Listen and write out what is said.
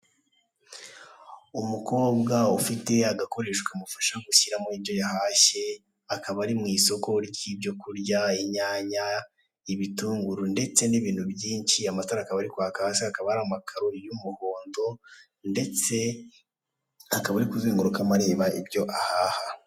Umukobwa ufite agakoresho kamufasha gushyiramo ibyo yahashye ,akaba ari mu isoko ry'ibyo kurya inyanya, ibitunguru ndetse n'ibintu byinshi, amatara akaba arimo kwaka hasi hakaba hari amakaro y'umuhondo, ndetse akaba arikuzengurukamo areba ibyo ahaha.